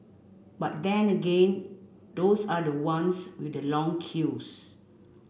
but then again those are the ones with the long queues